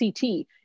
ct